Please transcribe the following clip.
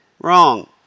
Wrong